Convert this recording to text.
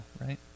right